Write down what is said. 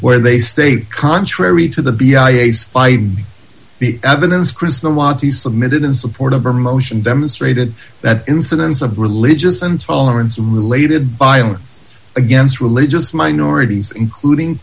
where they state contrary to the fight the evidence chris the wadi submitted in support of our motion demonstrated that incidence of religious intolerance related violence against religious minorities including